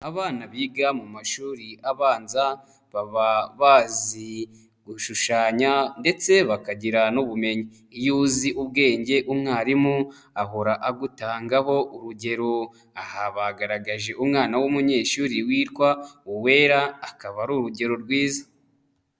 Abana biga mu mashuri abanza baba bazi gushushanya ndetse bakagira n'ubumenyi, iyo uzi ubwenge umwarimu ahora agutangaho urugero, aha bagaragaje umwana w'umunyeshuri witwa Uwera akaba ari urugero rwiza.